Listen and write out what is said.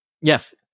yes